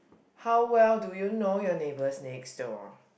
how well do you know your neighbors next door